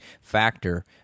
factor